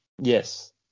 Yes